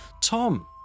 Tom